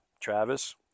Travis